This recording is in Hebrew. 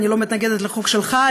אני לא מתנגדת לחוק שלך.